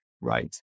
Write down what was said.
Right